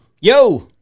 Yo